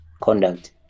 conduct